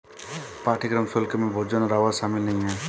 पाठ्यक्रम शुल्क में भोजन और आवास शामिल नहीं है